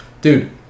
Dude